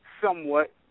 Somewhat